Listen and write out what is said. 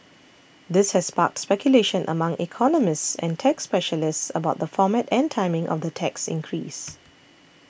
this has sparked speculation among economists and tax specialists about the format and timing of the tax increase